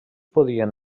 podien